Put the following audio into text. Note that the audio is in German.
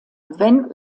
wenn